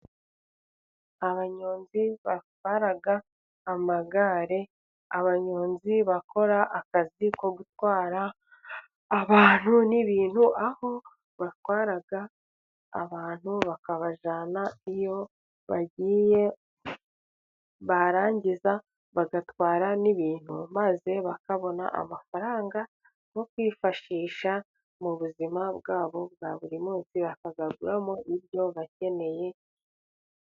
Abanyonzi batwara amagare, abanyonzi bakora akazi ko gutwara abantu n'ibintu, aho batwara abantu bakabajyana iyo bagiye, barangiza bagatwara n'ibintu, maze bakabona amafaranga yo kwifashisha mu buzima bwabo bwa buri munsi, bakaguramo ibyo bakeneye.